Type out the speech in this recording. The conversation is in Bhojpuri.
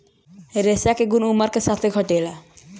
रेशा के गुन उमर के साथे घटेला